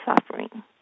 suffering